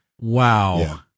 Wow